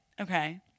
Okay